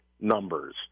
numbers